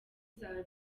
zawe